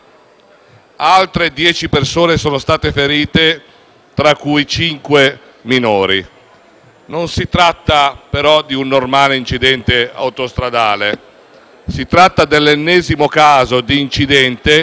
Altre dieci persone sono state ferite, tra cui cinque minori. Si tratta però non di un normale incidente autostradale, ma dell'ennesimo caso di incidente